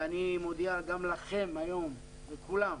ואני מודיע גם לכם היום, לכולם,